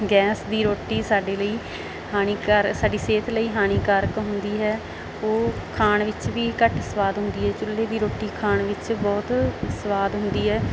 gas ਦੀ ਰੋਟੀ ਸਾਡੇ ਲਈ ਹਾਨੀਕਾਰਕ ਸਾਡੀ ਸਿਹਤ ਲਈ ਹਾਨੀਕਾਰਕ ਹੁੰਦੀ ਹੈ ਉਹ ਖਾਣ ਵਿੱਚ ਵੀ ਘੱਟ ਸਵਾਦ ਹੁੰਦੀ ਹੈ ਚੁੱਲ੍ਹੇ ਦੀ ਰੋਟੀ ਖਾਣ ਵਿੱਚ ਬਹੁਤ ਸਵਾਦ ਹੁੰਦੀ ਹੈ